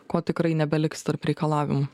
ko tikrai nebeliks tarp reikalavimų